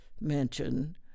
mention